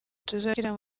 tuzashyira